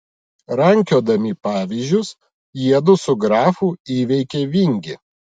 rankiodami pavyzdžius jiedu su grafu įveikė vingį